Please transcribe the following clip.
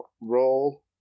roll